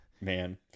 Man